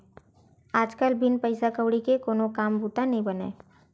आज कल बिन पइसा कउड़ी के कोनो काम बूता नइ बनय